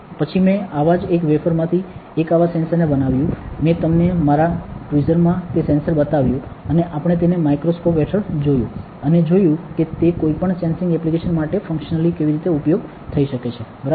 પછી મેં આવા જ એક વેફરમાંથી એક આવા સેન્સરને બનાવ્યું મેં તમને મારા ટ્વીઝરમાં તે સેન્સર બતાવ્યું અને આપણે તેને માઇક્રોસ્કોપ હેઠળ જોયું અને જોયું કે તે કોઈપણ સેન્સીંગ એપ્લિકેશન માટે ફંકશનલી કેવી રીતે ઉપયોગી થઈ શકે છે બરાબર